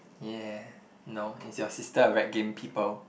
yeah no is your sister a rec game people